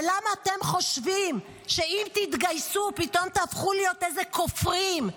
ולמה אתם חושבים שאם תתגייסו פתאום תהפכו להיות איזה כופרים?